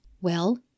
Well